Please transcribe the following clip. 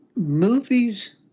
movies